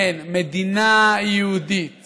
כן, מדינה יהודית